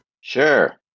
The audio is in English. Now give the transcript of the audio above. Sure